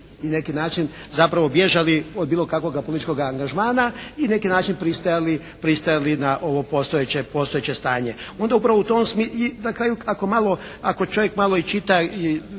na neki način zapravo bježali od bilo kakvoga političkoga angažmana i na neki način pristajali na ovo postojeće stanje. I na kraju ako čovjek malo i čita